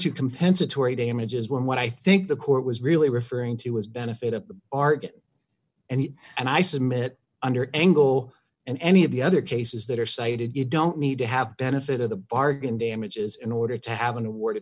to compensatory damages when what i think the court was really referring to was benefit of art and he and i submit under angle and any of the other cases that are cited you don't need to have benefit of the bargain damages in order to have an award